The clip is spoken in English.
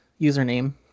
username